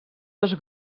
dos